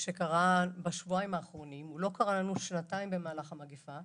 שקרה בשבועיים האחרונים לא קרה לנו שנתיים במהלך המגפה,